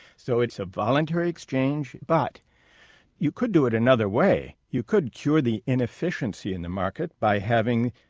so it's a voluntary exchange. but you could do it another way. you could cure the ineffiency in the market by having,